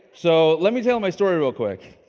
so let me tell my story real quick.